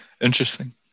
Interesting